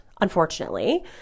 unfortunately